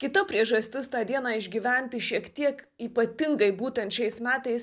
kita priežastis tą dieną išgyventi šiek tiek ypatingai būtent šiais metais